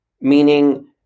meaning